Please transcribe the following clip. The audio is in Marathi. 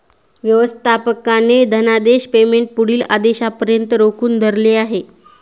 व्यवस्थापकाने धनादेश पेमेंट पुढील आदेशापर्यंत रोखून धरले आहे